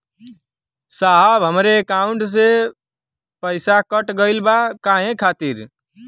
साहब हमरे एकाउंट से पैसाकट गईल बा काहे खातिर?